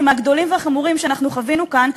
מהגדולים והחמורים שאנחנו חווינו כאן,